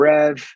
Rev